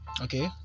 Okay